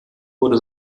wurde